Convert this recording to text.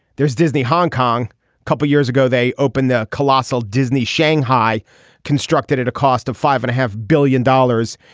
there's disney hong kong a couple of years ago they opened the colossal disney shanghai constructed at a cost of five and a half billion dollars.